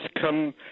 come